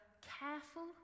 careful